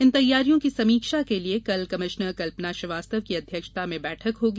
इन तैयारियों की समीक्षा के लिए समीक्षा के लिए कल कमिश्नर कल्पना श्रीवास्तव की अध्यक्षता में बैठक होगी